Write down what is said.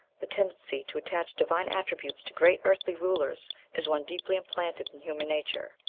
the tendency to attach divine attributes to great earthly rulers is one deeply implanted in human nature.